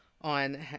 on